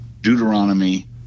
Deuteronomy